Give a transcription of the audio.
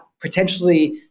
potentially